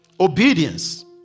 obedience